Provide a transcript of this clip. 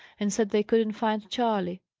and said they couldn't find charley.